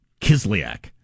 Kislyak